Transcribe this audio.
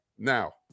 now